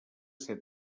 ser